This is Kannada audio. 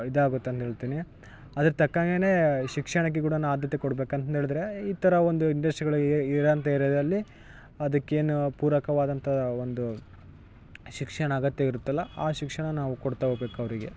ಇದಾಗುತ್ತೆ ಅಂತಂದು ಹೇಳ್ತಿನಿ ಅದ್ರ ತಕ್ಕಾಗೇ ಶಿಕ್ಷಣಕ್ಕೆ ಕೂಡ ನಾ ಆದ್ಯತೆ ಕೊಡಬೇಕಂತಂದೇಳಿದ್ರೆ ಈ ಥರ ಒಂದು ಇಂಡಸ್ಟ್ರಿಗಳಿಗೆ ಇರೋಂಥ ಏರ್ಯಾದಲ್ಲಿ ಅದಕ್ಕೇನು ಪೂರಕವಾದಂಥ ಒಂದು ಶಿಕ್ಷಣ ಅಗತ್ಯ ಇರುತ್ತಲ್ಲ ಆ ಶಿಕ್ಷಣ ನಾವು ಕೊಡ್ತಾ ಹೋಗ್ಬೇಕ್ ಅವರಿಗೆ